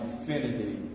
infinity